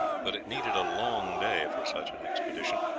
but it needed a long day for such an expedition,